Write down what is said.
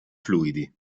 fluidi